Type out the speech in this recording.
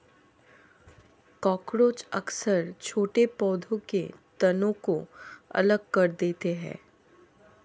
cockroach अक्सर छोटे पौधों के तनों को अलग कर देते हैं